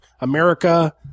America